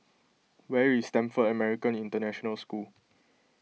where is Stamford American International School